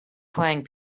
playing